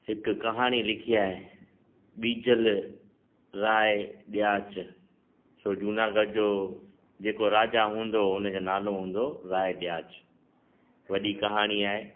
हिकु कहाणी लिखी आहे ॿीजल राय ॾियाच सो जूनागढ़ जो जेको राजा हूंदो सो हुन जो नालो हूंदो हो राय ॾियाच वॾी कहाणी आहे